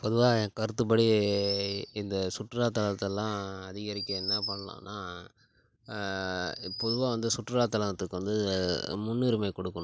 பொதுவாக என் கருத்துப்படி இந்த சுற்றுலாத்தலத்தெல்லாம் அதிகரிக்க என்ன பண்ணலான்னா பொதுவாக வந்து சுற்றுலாத்தலத்துக்கு வந்து முன்னுரிமை கொடுக்கணும்